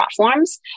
platforms